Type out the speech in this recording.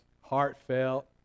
heartfelt